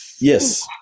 yes